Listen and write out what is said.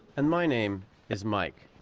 and my name is mike.